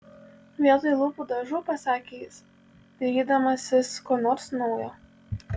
vietoj lūpų dažų pasakė jis dairydamasis ko nors naujo